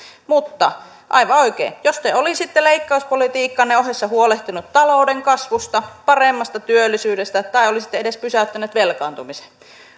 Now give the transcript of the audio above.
mutta aivan oikein jos te olisitte leikkauspolitiikkanne ohessa huolehtineet talouden kasvusta paremmasta työllisyydestä tai olisitte edes pysäyttäneet velkaantumisen